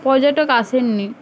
পর্যটক আসেন নি